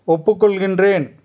ஒப்புக்கொள்கிறேன்